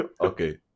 Okay